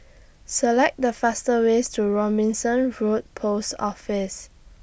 Select The fastest ways to Robinson Road Post Office